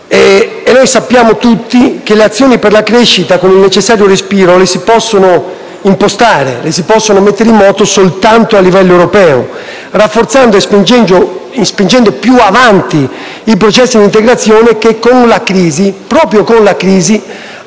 Sappiamo tutti che le azioni per la crescita con il necessario respiro si possono impostare e mettere in moto soltanto a livello europeo, rafforzando e spingendo più avanti i processi d'integrazione che proprio con la crisi